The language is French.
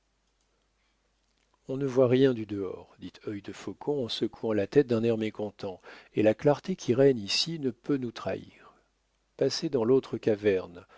on ne voit rien du dehors dit œil de faucon en secouant la tête d'un air mécontent et la clarté qui règne ici ne peut nous trahir passez dans l'autre caverne